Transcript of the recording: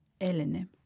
Elene